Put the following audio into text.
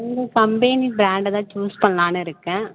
அது வந்து company brand தான் சூஸ் பண்ணலானு இருக்கேன்